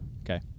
Okay